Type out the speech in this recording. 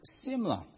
similar